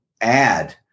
add